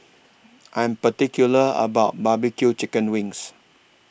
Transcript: I'm particular about My B Q Chicken Wings